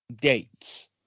Dates